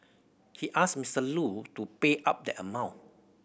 he asked Mister Lu to pay up that amount